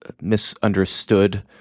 misunderstood